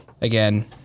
again